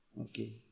Okay